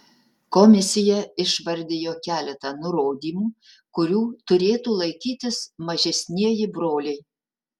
komisija išvardijo keletą nurodymų kurių turėtų laikytis mažesnieji broliai